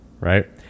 right